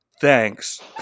Thanks